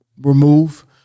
remove